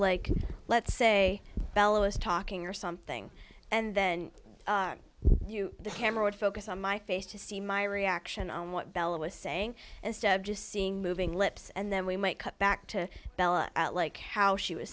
like let's say bellow is talking or something and then the camera would focus on my face to see my reaction on what bella was saying instead of just seeing moving lips and then we might cut back to bella like how she was